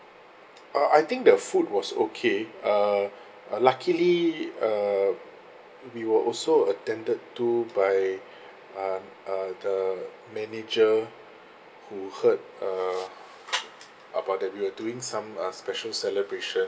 uh I think the food was okay uh uh luckily err we were also attended to by uh uh the manager who heard err about that we're doing some uh special celebration